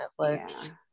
Netflix